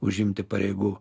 užimti pareigų